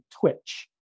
twitch